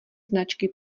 značky